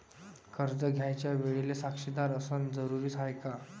कर्ज घ्यायच्या वेळेले साक्षीदार असनं जरुरीच हाय का?